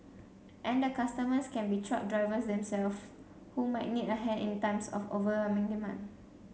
and the customers can be truck drivers themselves who might need a hand in times of overwhelming demand